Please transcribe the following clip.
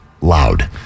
loud